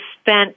spent